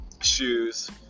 shoes